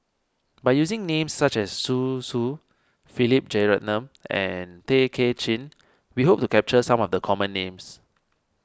by using names such as Zhu Xu Philip Jeyaretnam and Tay Kay Chin we hope to capture some of the common names